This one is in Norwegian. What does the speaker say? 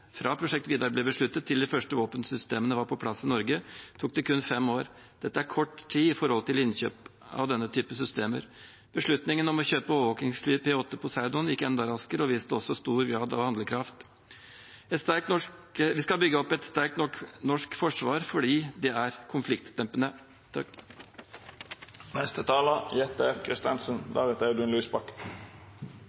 Fra prosjekt VIDAR ble besluttet til de første våpensystemene var på plass i Norge, tok det kun fem år. Dette er kort tid for innkjøp av denne typen systemer. Beslutningen om å kjøpe overvåkingsflyet P-8 Poseidon gikk enda raskere og viste også stor grad av handlekraft. Vi skal bygge opp et sterkt norsk forsvar fordi det er konfliktdempende.